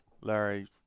Larry